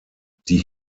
die